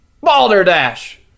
Balderdash